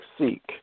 seek